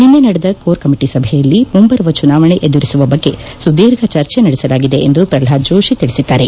ನಿನ್ನೆ ನಡೆದ core committee ಸಭೆಯಲ್ಲಿ ಮುಂಬರುವ ಚುನಾವಣೆ ಎದುರಿಸುವ ಬಗ್ಗೆ ಸುದೀರ್ಘ ಚರ್ಚೆ ನಡೆಸಲಾಗಿದೆ ಎಂದು ಪ್ರಲ್ಟಾದ್ ಜೋತಿ ತಿಳಿಸಿದ್ದಾರೆ